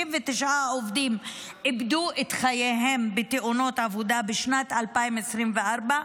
69 עובדים איבדו את חייהם בתאונות עבודה בשנת 2024,